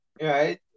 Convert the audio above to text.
right